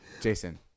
Jason